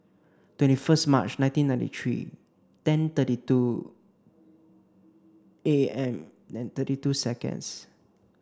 twenty first March nineteen ninety three ten thirty two A M and thirty two seconds